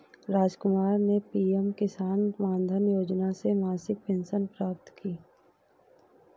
रामकुमार ने पी.एम किसान मानधन योजना से मासिक पेंशन प्राप्त की